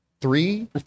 Three